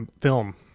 film